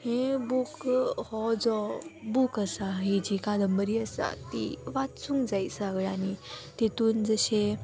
हें बूक हो जो बूक आसा ही जी कादंबरी आसा ती वाचूंक जाय सगळ्यांनी तितून जशें